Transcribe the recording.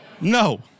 No